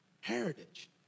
heritage